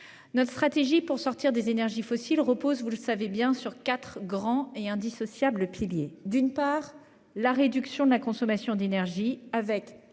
Notre stratégie pour sortir des énergies fossiles repose, vous le savez bien, sur quatre grands et indissociables piliers. Il s'agit, d'une part, de la réduction de la consommation d'énergie,